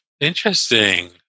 Interesting